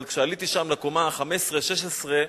אבל כשעליתי שם לקומה ה-15, 16,